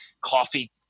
coffee